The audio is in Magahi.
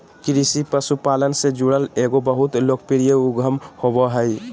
कृषि पशुपालन से जुड़ल एगो बहुत लोकप्रिय उद्यम होबो हइ